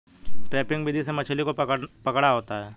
trapping विधि से मछली को पकड़ा होता है